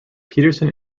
petersen